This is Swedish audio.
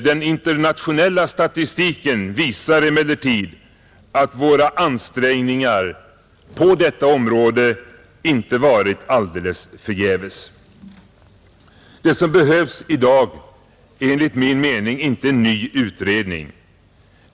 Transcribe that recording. Den internationella statistiken visar emellertid att våra ansträngningar på detta område inte varit alldeles förgäves. Det som behövs i dag är enligt min mening inte en ny utredning.